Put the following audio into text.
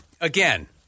again